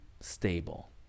stable